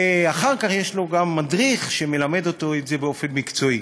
ואחר כך יש לו גם מדריך שמלמד אותו את זה באופן מקצועי.